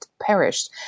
perished